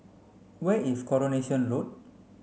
where is Coronation Road